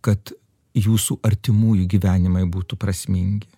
kad jūsų artimųjų gyvenimai būtų prasmingi